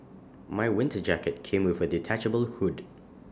my winter jacket came with A detachable hood